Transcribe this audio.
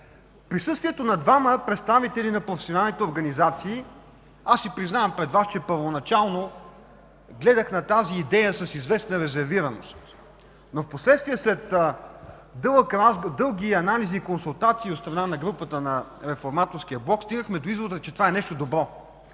Присъствието на двама представители на професионалните организации – аз си признавам пред Вас, че първоначално гледах на тази идея с известна резервираност, но впоследствие след дълги анализи и консултации от страна на групата на Реформаторския блок стигнахме до извода, че това е нещо добро